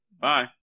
Bye